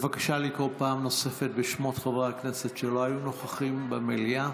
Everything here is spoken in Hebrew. בבקשה לקרוא פעם נוספת בשמות חברי הכנסת שלא היו נוכחים במליאה.